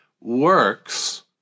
works